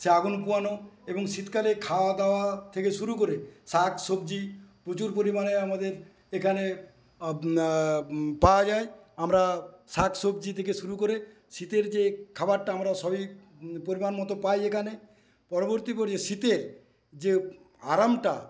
সেই আগুন পোহানো এবং শীতকালে খাওয়াদাওয়া থেকে শুরু করে শাকসবজি প্রচুর পরিমাণে আমাদের এখানে পাওয়া যায় আমরা শাকসবজি থেকে শুরু করে শীতের যে খাবারটা আমরা সবই পরিমাণ মতো পাই এখানে পরবর্তী শীতের যে আরামটা